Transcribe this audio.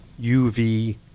UV